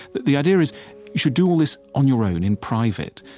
the the idea is you should do all this on your own in private.